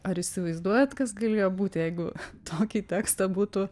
ar įsivaizduojat kas galėjo būt jeigu tokį tekstą būtų